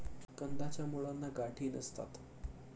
कंदाच्या मुळांना गाठी नसतात